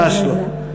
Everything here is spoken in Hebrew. ממש לא.